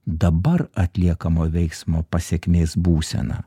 dabar atliekamo veiksmo pasekmės būseną